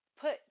put